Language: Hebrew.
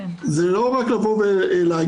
זה לא רק להגיע,